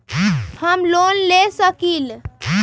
हम लोन ले सकील?